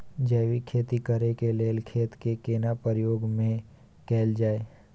जैविक खेती करेक लैल खेत के केना प्रयोग में कैल जाय?